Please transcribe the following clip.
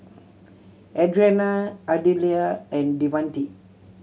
Adriana Ardella and Devante